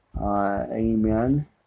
Amen